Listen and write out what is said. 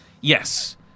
Yes